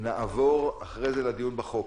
נעבור אחרי זה לדיון בחוק.